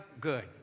Good